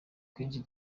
kenshi